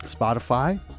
Spotify